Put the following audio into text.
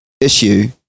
issue